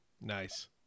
Nice